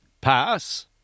pass